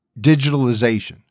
digitalization